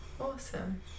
Awesome